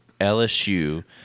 LSU